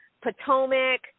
Potomac